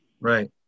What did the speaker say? Right